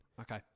Okay